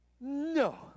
No